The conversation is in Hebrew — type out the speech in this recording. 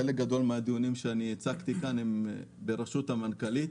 חלק גדול מהדיונים שאני הצגתי כאן הם בראשות המנכ"לית.